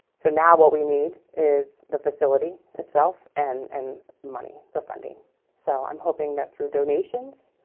so now what we need is the facility itself and and money the funding so i'm hoping that through donations